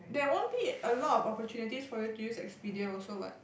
there won't be a lot of opportunities for you to use Expedia also what